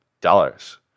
dollars